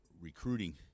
recruiting